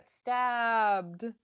stabbed